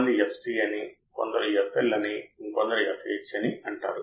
operation amplifier ప్రతి దశ యొక్క పాత్ర ఏమిటి